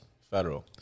federal